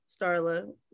Starla